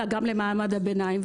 אלא גם למעמד הביניים.